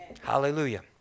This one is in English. Hallelujah